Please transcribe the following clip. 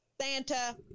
Santa